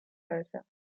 halver